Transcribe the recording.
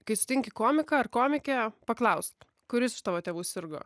kai sutinki komiką ar komikę paklausk kuris iš tavo tėvų sirgo